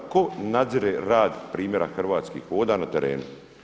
Tko nadzire rad primjera Hrvatskih voda na terenu?